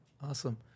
Awesome